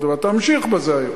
ואתה ממשיך בזה היום.